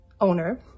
owner